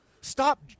stop